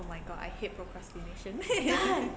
oh my god I hate procrastination